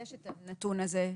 יש את הנתון הזה,